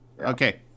Okay